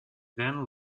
then